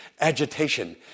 agitation